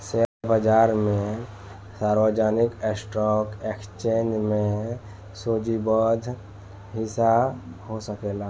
share बाजार में सार्वजनिक स्टॉक एक्सचेंज में सूचीबद्ध हिस्सा हो सकेला